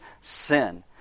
sin